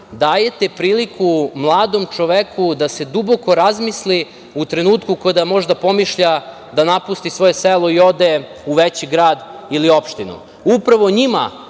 dajete priliku mladom čoveku da se duboko razmisli u trenutku kada možda pomišlja da napusti svoje selo i ode u veći grad ili opštinu. Upravo njima